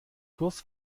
kurs